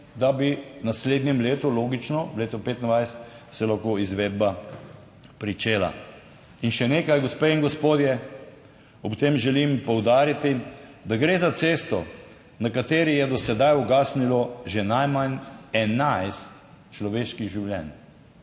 da bi v naslednjem letu, logično, v letu 2025 se lahko izvedba pričela. In še nekaj, gospe in gospodje, ob tem želim poudariti, da gre za cesto, na kateri je do sedaj ugasnilo že najmanj 11 človeških življenj.